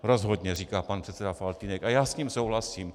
Rozhodně, říká pan předseda Faltýnek a já s ním souhlasím.